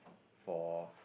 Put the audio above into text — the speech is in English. for